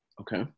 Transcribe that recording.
Okay